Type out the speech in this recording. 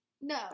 no